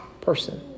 person